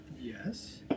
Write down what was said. Yes